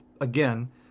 again